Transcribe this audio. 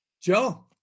Joe